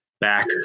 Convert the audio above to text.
back